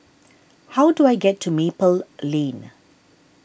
how do I get to Maple Lane